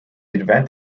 event